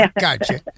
Gotcha